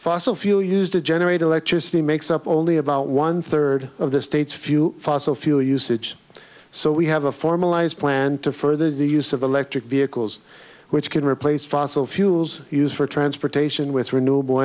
fossil fuel used to generate electricity makes up only about one third of the state's few fossil fuel usage so we have a formalized plan to further the use of electric vehicles which can replace fossil fuels used for transportation with renewable